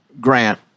grant